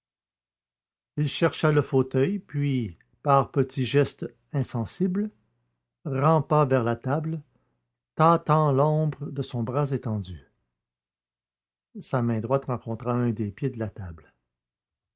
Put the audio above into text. il chercha le fauteuil puis par petits gestes insensibles rampa vers la table tâtant l'ombre de son bras étendu sa main droite rencontra un des pieds de la table